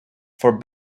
for